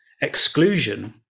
exclusion